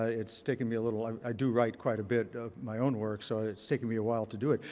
ah it's taken me a little longer. i do write quite a bit of my own work, so it's taken me a while to do it.